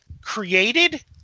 created